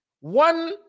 One